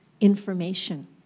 information